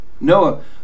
Noah